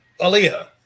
Aaliyah